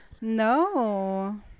No